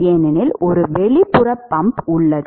ஏனெனில் ஒரு வெளிப்புற பம்ப் உள்ளது